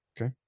Okay